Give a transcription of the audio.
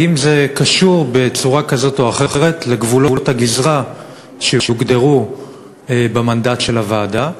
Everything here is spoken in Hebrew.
האם זה קשור בצורה כזאת או אחרת לגבולות הגזרה שהוגדרו במנדט של הוועדה.